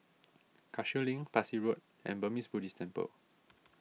Cashew Link Parsi Road and Burmese Buddhist Temple